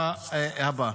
בתקופה הבאה.